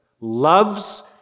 loves